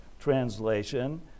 translation